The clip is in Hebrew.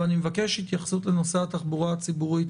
ואני מבקש התייחסות לנושא התחבורה הציבורית